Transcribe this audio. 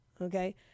okay